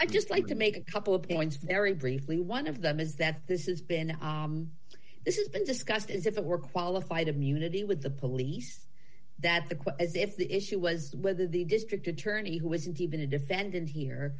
i just like to make a couple of points very briefly one of them is that this is been this is been discussed as if it were qualified immunity with the police that the quote as if the issue was whether the district attorney who isn't even a defendant here